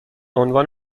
عنوان